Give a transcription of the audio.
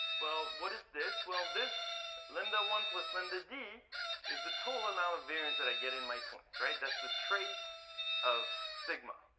well, what is this? well, this lambda one plus lambda d is the total amount of variance that i get in my points. that's the trace of sigma.